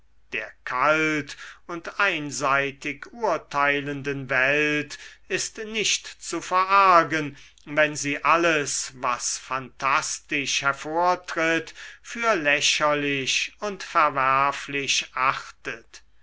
der kalt und einseitig urteilenden welt ist nicht zu verargen wenn sie alles was phantastisch hervortritt für lächerlich und verwerflich achtet